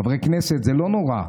חברי הכנסת זה לא נורא,